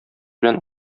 белән